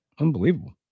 Unbelievable